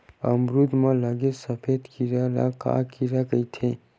अमरूद म लगे सफेद कीरा ल का कीरा कइथे?